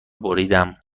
بریدم